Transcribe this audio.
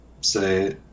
Say